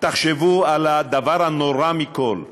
תחשבו על הדבר הנורא מכול,